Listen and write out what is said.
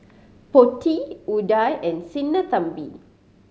Potti Udai and Sinnathamby